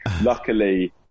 Luckily